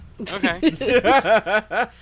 Okay